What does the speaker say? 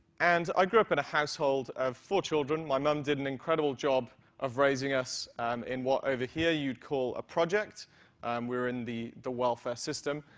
and i grew up in a household of four children. my mom did an incredible job of raising us in what over here you'd call a project um were in the the welfare system.